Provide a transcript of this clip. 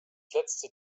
letzte